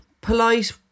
Polite